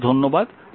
অশেষ ধন্যবাদ